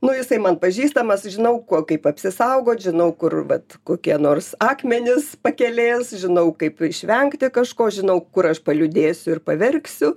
nu jisai man pažįstamas žinau ko kaip apsisaugot žinau kur vat kokie nors akmenys pakelės žinau kaip išvengti kažko žinau kur aš paliūdėsiu ir paverksiu